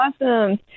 Awesome